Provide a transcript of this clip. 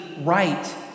right